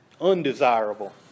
undesirable